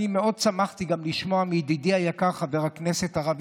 מאוד שמחתי גם לשמוע מידידי היקר חבר הכנסת הרב